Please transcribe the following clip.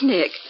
Nick